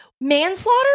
Manslaughter